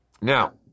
Now